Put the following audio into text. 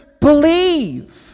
Believe